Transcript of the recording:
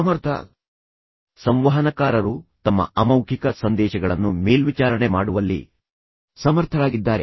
ಸಮರ್ಥ ಸಂವಹನಕಾರರು ತಮ್ಮ ಅಮೌಖಿಕ ಸಂದೇಶಗಳನ್ನು ಮೇಲ್ವಿಚಾರಣೆ ಮಾಡುವಲ್ಲಿ ಸಮರ್ಥರಾಗಿದ್ದಾರೆ